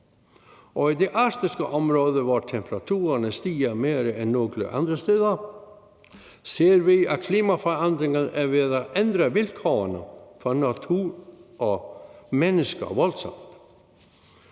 og i det arktiske område, hvor temperaturen stiger mere end noget andet sted, ser vi, at klimaforandringerne er ved at ændre vilkårene for natur og mennesker voldsomt.